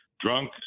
drunk